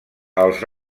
els